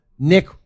Nick